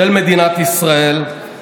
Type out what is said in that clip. של מדינת ישראל,